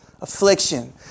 affliction